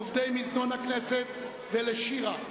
לעובדי מזנון הכנסת ולשירה,